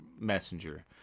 Messenger